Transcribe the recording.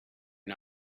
and